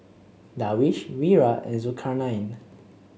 Darwish Wira and Zulkarnain